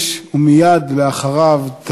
חבר הכנסת בצלאל סמוטריץ,